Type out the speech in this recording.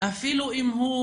אפילו אם הוא